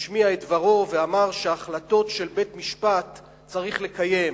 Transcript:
הוא השמיע את דברו ואמר שהחלטות של בית-משפט צריך לקיים,